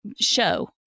show